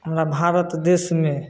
हमरा भारत देशमे